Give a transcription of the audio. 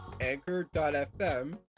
anchor.fm